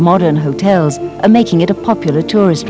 modern hotels making it a popular tourist